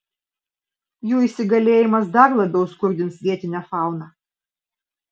jų įsigalėjimas dar labiau skurdins vietinę fauną